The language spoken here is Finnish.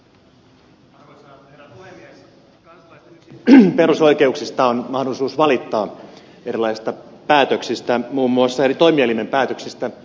yksi kansalaisten perusoikeuksista on mahdollisuus valittaa erilaisista päätöksistä muun muassa eri toimielimien päätöksistä